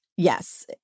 Yes